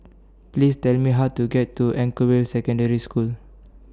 Please Tell Me How to get to Anchorvale Secondary School